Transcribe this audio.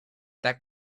that